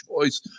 choice